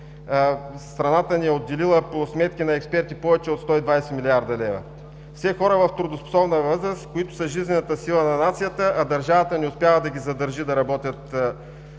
страната ни е отделила, по сметки на експерти, повече от 120 млрд. лв. – все хора в трудоспособна възраст, които са жизнената сила на нацията, а държавата не успява да ги задържи да работят за